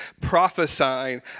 prophesying